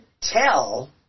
tell